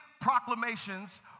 proclamations